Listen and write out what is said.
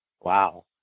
Wow